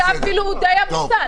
זה כיתה אפילו די עמוסה.